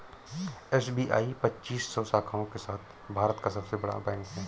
SBI पच्चीस सौ शाखाओं के साथ भारत का सबसे बड़ा बैंक है